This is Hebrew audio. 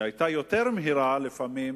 שהיה יותר מהיר לפעמים